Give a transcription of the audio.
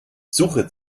suche